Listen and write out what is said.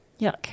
Yuck